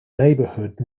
neighborhood